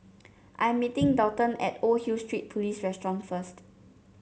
I am meeting Daulton at Old Hill Street Police restaurant first